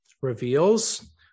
reveals